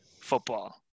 football